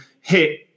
hit